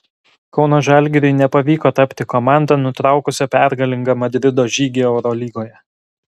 kauno žalgiriui nepavyko tapti komanda nutraukusia pergalingą madrido žygį eurolygoje